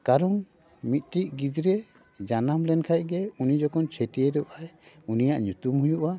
ᱠᱟᱨᱚᱱ ᱢᱤᱫᱴᱤᱡ ᱜᱤᱫᱽᱨᱟᱹ ᱡᱟᱱᱟᱢ ᱞᱮᱱ ᱠᱷᱟᱡ ᱜᱮ ᱩᱱ ᱡᱚᱠᱷᱚᱱ ᱪᱷᱟᱹᱴᱭᱟᱹᱨᱚᱜ ᱟᱭ ᱩᱱᱤᱭᱟᱜ ᱧᱩᱛᱩᱢ ᱦᱩᱭᱩᱜᱼᱟ